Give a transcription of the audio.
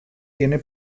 tiene